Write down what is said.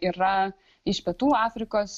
yra iš pietų afrikos